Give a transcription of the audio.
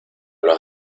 los